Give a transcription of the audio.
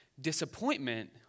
disappointment